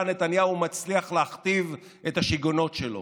נתניהו מצליח להכתיב את השיגעונות שלו.